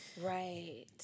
Right